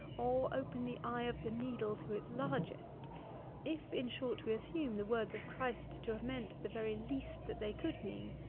or open the eye of the needle to its largest if, in short, we assume the words of christ to have meant the very least that they could mean,